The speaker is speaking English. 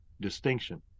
distinction